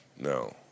No